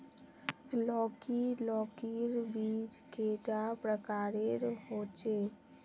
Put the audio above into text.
लौकी लौकीर बीज कैडा प्रकारेर होचे?